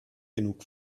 genug